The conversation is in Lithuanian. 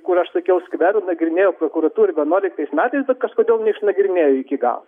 kur aš sakiau skverų nagrinėjo prokuratūra vienuoliktais metais kažkodėl neišnagrinėjo iki galo